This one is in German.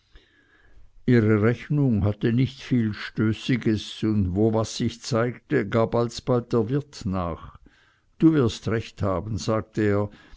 ihr rechnung hatte nicht viel stößiges und wo was sich zeigte gab alsbald der wirt nach du wirst recht haben sagte er